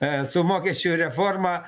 su mokesčių reforma